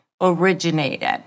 originated